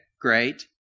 great